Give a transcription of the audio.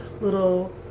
little